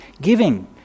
Giving